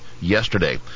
yesterday